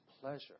pleasure